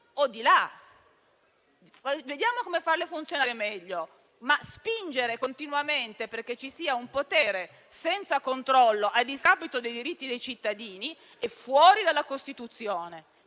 o di là. Capiamo come farle funzionare meglio, ma spingere continuamente perché ci sia un potere senza controllo, a discapito dei diritti dei cittadini, è fuori dalla Costituzione.